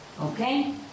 Okay